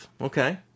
Okay